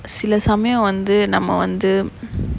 சில சமயம் வந்து நம்ம வந்து:sila samyam vanthu namma vanthu